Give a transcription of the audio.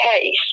case